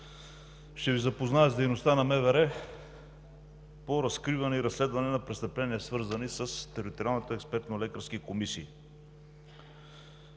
Ще Ви запозная с дейността на МВР по разкриване и разследване на престъпления, свързани с